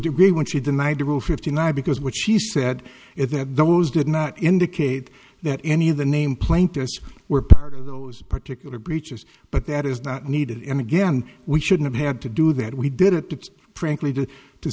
degree when she denied to rule fifty nine because what she said is that those did not indicate that any of the name plaintiffs were part of those particular breaches but that is not needed and again we shouldn't have to do that we did it it's frankly do to